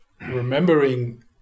Remembering